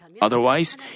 Otherwise